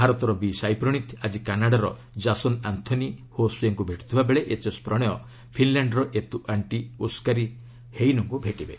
ଭାରତର ବି ସାଇପ୍ରଣୀତ ଆଜି କାନାଡାର ଜାସନ୍ ଆନ୍ଥୋନି ହୋ ଶ୍ୱେ ଙ୍କୁ ଭେଟୁଥିବା ବେଳେ ଏଚ୍ଏସ୍ ପ୍ରଣୟ ଫିନ୍ଲାଣ୍ଡର ଏତୁ ଆଣ୍ଟି ଓସ୍କାରି ହେଇନୋଙ୍କୁ ଭେଟିବେ